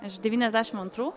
aš devyniasdešim antrų